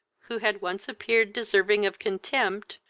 who had once appeared deserving of contempt,